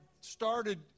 started